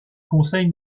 conseil